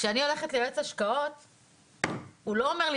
כשאני הולכת ליועץ השקעות הוא לא אומר לי